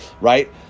Right